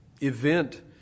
event